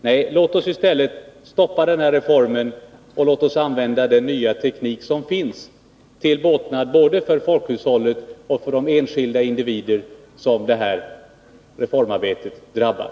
Nej, låt oss i stället stoppa den här reformen och använda den nya teknik som finns, till båtnad både för folkhushållet och för de enskilda individer som detta reformarbete drabbar.